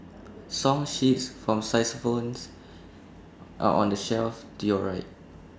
song sheets for xylophones are on the shelf to your right